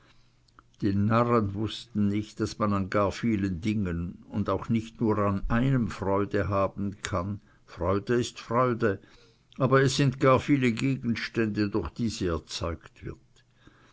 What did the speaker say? die narren wußten nicht daß man an gar vielen dingen und nicht nur an einem freude haben kann freude ist freude aber es sind gar viele gegenstände durch die sie erzeugt wird